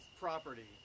property